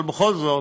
אבל בכל זאת